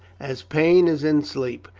as pain is in sleep,